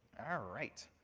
ah right.